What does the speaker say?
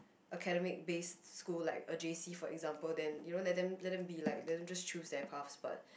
academic based school like a j_c for example then you know let them let them be like let them just choose their paths but